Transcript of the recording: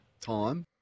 time